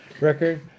record